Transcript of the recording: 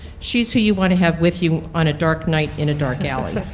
she's who you want to have with you on a dark night in a dark alley.